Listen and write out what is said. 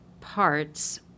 parts